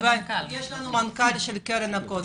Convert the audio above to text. נמצא אתנו המנכ"ל של קרן הכותל.